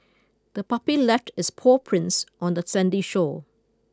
the puppy left its paw prints on the sandy shore